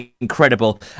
incredible